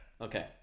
Okay